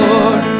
Lord